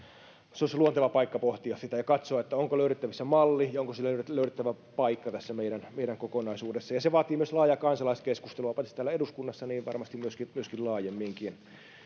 se olisi luonteva paikka pohtia sitä ja katsoa onko löydettävissä malli ja onko sille löydettävä paikka tässä meidän meidän kokonaisuudessamme se vaatii myös laajaa kansalaiskeskustelua paitsi täällä eduskunnassa niin varmasti myöskin myöskin laajemminkin